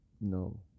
No